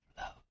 love